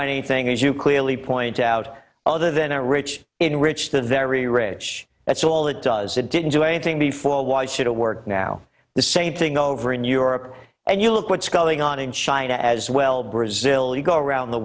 anything as you clearly point out other than our rich enrich the very rich that's all it does it didn't do anything before why should a word now the same thing over in europe and you look what's going on in china as well brazil you go around the